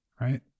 right